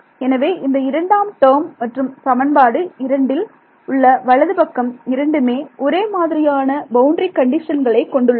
எனவே இந்த இரண்டாம் டேர்ம் மற்றும் சமன்பாடு இரண்டில் உள்ள வலது பக்கம் இரண்டுமே ஒரே மாதிரியான பவுண்டரி கண்டிஷன்களை கொண்டது